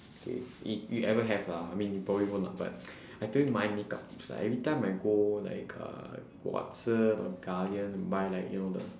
K if you ever have lah I mean you probably won't lah but I tell you my makeup tips lah every time you go like uh watsons or guardian and buy like you know the